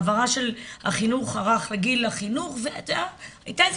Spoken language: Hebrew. העברה של החינוך הרך לגיל החינוך והייתה איזה